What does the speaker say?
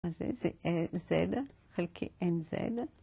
זה Z, חלקי NZ.